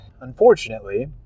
unfortunately